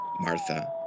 Martha